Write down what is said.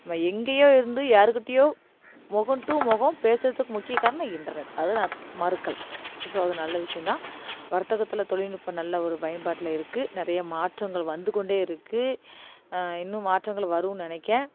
நம்ம எங்கேயோ இருந்து யாருக்கிட்டயோ முகம் டூ முகம் பேசுகிறதுக்கு முக்கிய காரணம் இன்டர்நெட் அது நான் மறுக்கலை ஸோ அது நல்ல விஷயம் தான் வர்த்தகத்தில் தொழில்நுட்பம் நல்ல ஒரு பயன்பாட்டில் இருக்குது நிறைய மாற்றங்கள் வந்து கொண்டே இருக்குது இன்னும் மாற்றங்கள் வரும்னு நினைக்க